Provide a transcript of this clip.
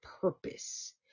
purpose